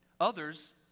Others